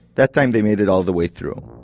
that time they made it all the way through.